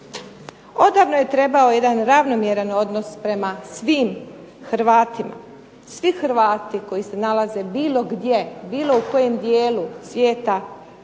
Odavno je trebao jedan ravnomjeran odnos prema svim Hrvatima. Svi Hrvati koji se nalaze bilo gdje, bilo u kojem dijelu svijeta su važni.